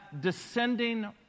descending